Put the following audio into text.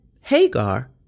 Hagar